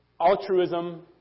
altruism